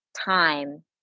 time